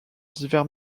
divers